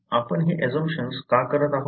तर आपण हे अजंप्शन्स का करत आहोत